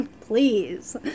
Please